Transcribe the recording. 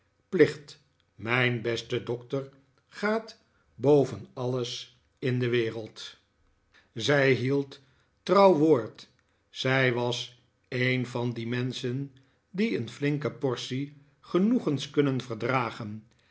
plicht mijn beste doctor gaat boven alles in de wereld zij hield trouw woord zij was een van die menschen die een flinke portie genoegens kunnen verdragen